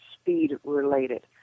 speed-related